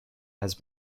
has